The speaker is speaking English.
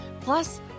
Plus